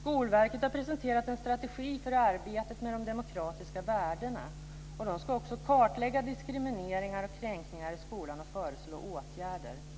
Skolverket har presenterat en strategi för arbetet med de demokratiska värdena. De ska också kartlägga diskriminering och kränkningar i skolan och förslå åtgärder.